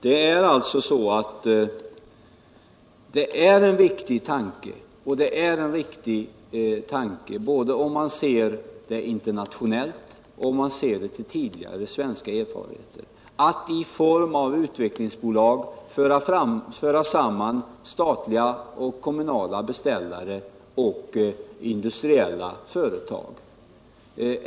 Det är en riktig tanke, både om man ser det internationellt och om man ser till tidigare svenska erfarenheter, att vi får ett utvecklingsbolag där man kan föra samman statliga och kommunala beställare och industriella företag.